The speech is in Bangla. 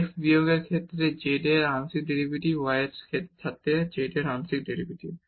x বিয়োগের ক্ষেত্রে z এর আংশিক ডেরিভেটিভ y এর সাথে z এর আংশিক ডেরিভেটিভ